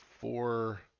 four